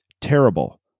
terrible